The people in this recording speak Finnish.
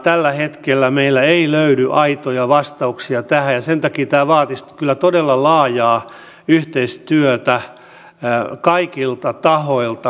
tällä hetkellä meillä ei löydy aitoja vastauksia tähän ja sen takia tämä vaatisi kyllä todella laajaa yhteistyötä kaikilta tahoilta